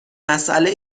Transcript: مساله